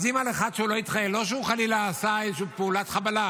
המדינה של היום לא --- המדינה של היום לא מפקירה את ביטחון המדינה.